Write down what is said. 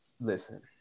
listen